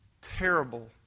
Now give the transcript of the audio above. terrible